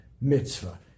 mitzvah